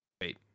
wait